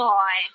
Boy